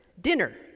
Dinner